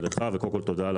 תודה על